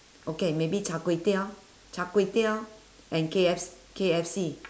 okay maybe char-kway-teow char-kway-teow and K F K_F_C